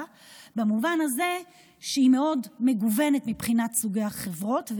במובן הזה שהיא מאוד מגוונת מבחינת סוגי החברות,